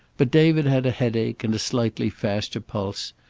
but david had a headache and a slightly faster pulse,